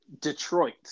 Detroit